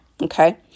okay